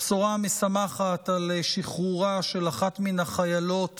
הבשורה המשמחת על שחרורה של אחת מן החיילות